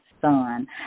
son